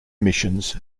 missions